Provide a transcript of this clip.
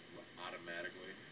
automatically